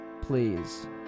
please